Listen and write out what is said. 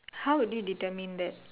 how would you determine that